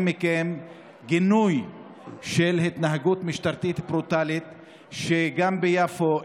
מכם גינוי של התנהגות משטרתית ברוטלית ביפו.